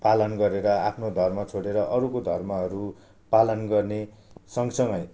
पालन गरेर आफ्नो धर्म छोडेर अरूको धर्महरू पालन गर्ने सँगसँगै